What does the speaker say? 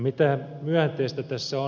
mitä myönteistä tässä on